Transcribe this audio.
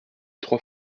trois